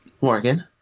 Morgan